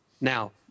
Now